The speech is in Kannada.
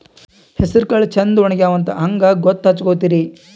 ಹೆಸರಕಾಳು ಛಂದ ಒಣಗ್ಯಾವಂತ ಹಂಗ ಗೂತ್ತ ಹಚಗೊತಿರಿ?